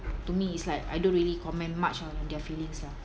to me it's like I don't really comment much on their feelings lah